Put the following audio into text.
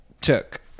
Took